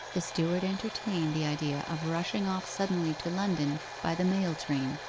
the steward entertained the idea of rushing off suddenly to london by the mail-train,